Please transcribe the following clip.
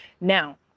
Now